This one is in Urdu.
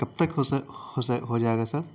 کب تک ہسر ہوجائے گا سر